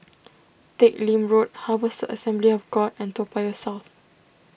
Teck Lim Road Harvester Assembly of God and Toa Payoh South